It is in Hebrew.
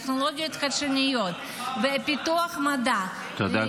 הטכנולוגיות חדשניות ופיתוח המדע -- תודה,